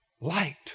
light